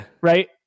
Right